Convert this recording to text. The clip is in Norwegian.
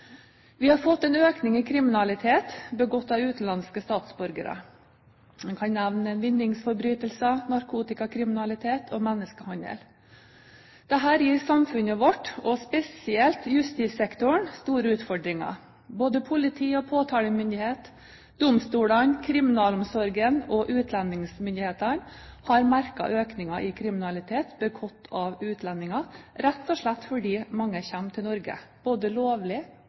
Vi har fått en økning i kriminalitet begått av utenlandske statsborgere. Jeg kan nevne vinningsforbrytelser, narkotikakriminalitet og menneskehandel. Dette gir samfunnet vårt, og spesielt justissektoren, store utfordringer. Både politi og påtalemyndighet, domstolene, kriminalomsorgen og utlendingsmyndighetene har merket økningen i kriminalitet begått av utlendinger, rett og slett fordi mange kommer til Norge – både lovlig